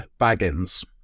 Baggins